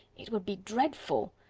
it would be dreadful!